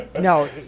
No